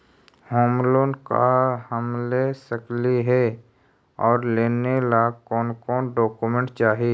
Home loan का हम ले सकली हे, और लेने ला कोन कोन डोकोमेंट चाही?